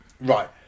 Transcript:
Right